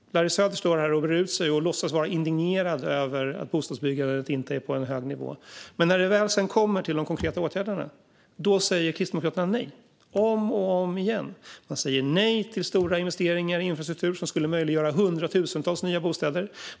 Larry Söder står här och breder ut sig och låtsas vara indignerad över att bostadsbyggandet inte är på en hög nivå. Men när det väl kommer till konkreta åtgärder säger Kristdemokraterna nej, om och om igen. De säger nej till stora investeringar i infrastruktur, som skulle möjliggöra hundratusentals nya bostäder.